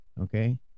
Okay